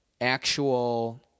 actual